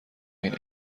این